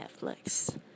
Netflix